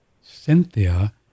Cynthia